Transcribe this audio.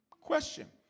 Question